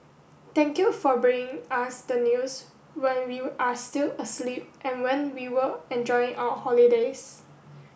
thank you for bringing us the news when we are still asleep and when we were enjoying our holidays